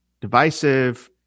divisive